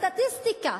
הסטטיסטיקה